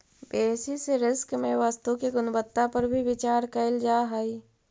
basis risk में वस्तु के गुणवत्ता पर भी विचार कईल जा हई